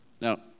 Now